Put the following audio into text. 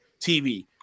TV